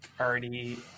already